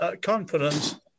confidence